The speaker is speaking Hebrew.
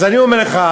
אז אני אומר לך,